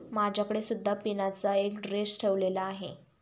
माझ्याकडे सुद्धा पिनाचा एक ड्रेस ठेवलेला आहे